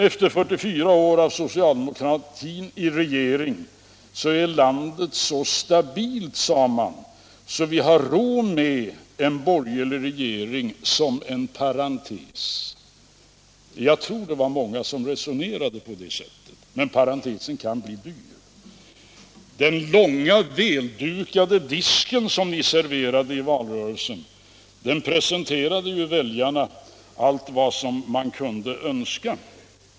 Efter 44 år med socialdemokratin i regering är landet så stabilt, sade man, att vi har råd med en borgerlig regering som en parentes. Jag tror det var många som resonerade på det sättet. Men parentesen kan bli dyr. Den långa väldukade disk som ni serverade i valrörelsen presenterade väljarna allt vad de kunde önska.